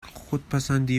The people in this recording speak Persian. خودپسندی